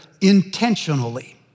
intentionally